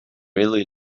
really